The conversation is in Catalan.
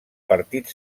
partit